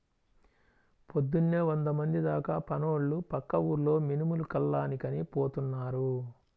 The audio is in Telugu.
పొద్దున్నే వందమంది దాకా పనోళ్ళు పక్క ఊర్లో మినుములు కల్లానికని పోతున్నారు